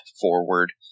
forward